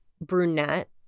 brunette